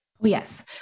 Yes